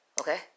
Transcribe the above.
Okay